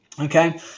Okay